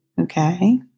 Okay